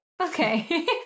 Okay